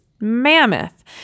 mammoth